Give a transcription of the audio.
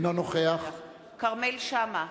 אינו נוכח כרמל שאמה,